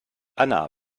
anna